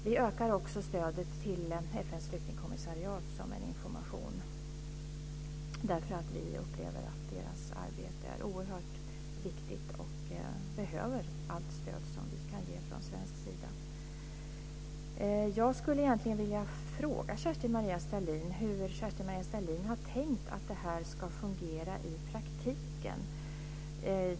Vi ökar också stödet till FN:s flyktingkommissariat, som en information, därför att vi upplever att dess arbete är oerhört viktigt och behöver allt stöd som vi kan ge från svensk sida. Stalin hur hon har tänkt att det här ska fungera i praktiken.